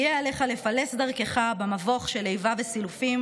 יהיה עליך לפלס דרכך במבוך של איבה וסילופים